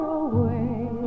away